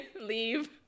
Leave